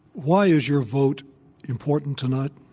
why is your vote important tonight?